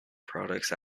products